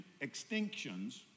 extinctions